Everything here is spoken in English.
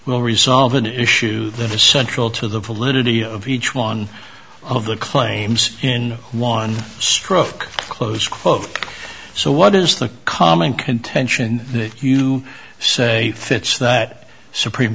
will resolve an issue that is central to the validity of each one of the claims in one stroke close quote so what is the common contention that you say fits that supreme